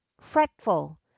fretful